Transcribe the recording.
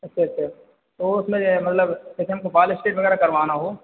अच्छा सर तो उसमें मतलब जैसे हमको बाल स्ट्रेट वगैरह करवाना हो